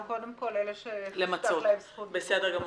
אני מציעה קודם כל לאלה שהובטחה להם